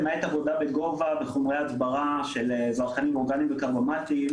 למעט עבודה בגובה בחומרי הדברה של זרחנים אורגנים וקרבומטיים,